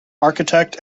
architect